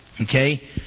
Okay